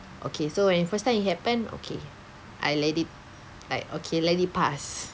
okay so when it first time it happened okay I let it like okay let it pass